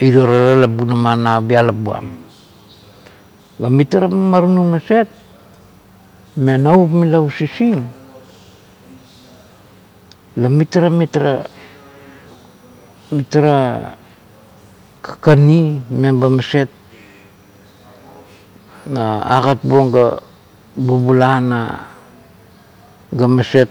irio tara la bunama na pialop buam ga mitara mamaru maset me navup o usising la mitara mitara mitara kakani meba maset "ha" agatbuong ga ba bula ga be maset